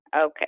Okay